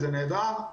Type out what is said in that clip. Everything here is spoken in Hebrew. זה נהדר.